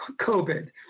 COVID